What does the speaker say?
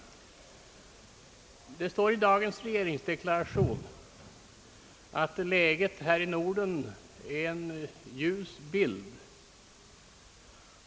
I dagens regeringsdeklaration står att läget här i Norden företer en ljus bild.